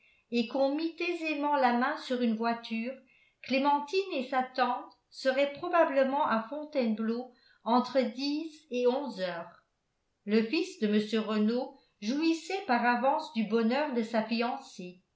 et qu'on mît aisément la main sur une voiture clémentine et sa tante seraient probablement à fontainebleau entre dix et onze heures le fils de mr renault jouissait par avance du bonheur de sa fiancée